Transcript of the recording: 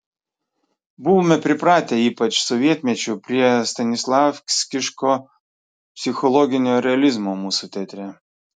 buvome pripratę ypač sovietmečiu prie stanislavskiško psichologinio realizmo mūsų teatre